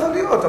יכול להיות.